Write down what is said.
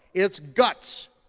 its guts.